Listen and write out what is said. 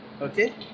Okay